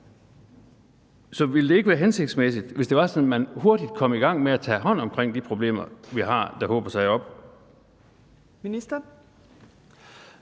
Så ville det ikke være hensigtsmæssigt, hvis det var sådan, at man hurtigt kom i gang med at tage hånd om de problemer, vi har, og som hober sig op? Kl.